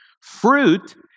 Fruit